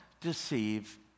deceive